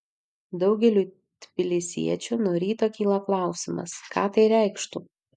daugeliui tbilisiečių nuo ryto kyla klausimas ką tai reikštų